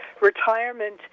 retirement